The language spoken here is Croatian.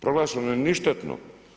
Proglašeno je ništetno.